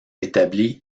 établi